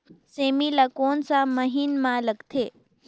सेमी ला कोन सा महीन मां लगथे?